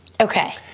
Okay